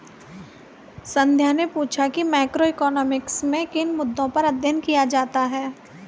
संध्या ने पूछा कि मैक्रोइकॉनॉमिक्स में किन मुद्दों पर अध्ययन किया जाता है